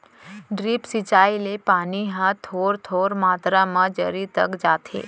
drip सिंचई ले पानी ह थोर थोर मातरा म जरी तक जाथे